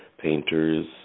painters